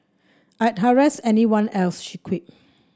I'd harass everyone else she quipped